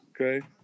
okay